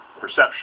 perception